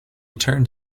turned